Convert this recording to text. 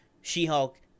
She-Hulk